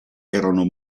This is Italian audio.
erano